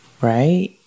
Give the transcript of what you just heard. right